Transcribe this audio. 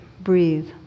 breathe